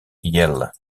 yale